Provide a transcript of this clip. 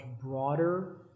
broader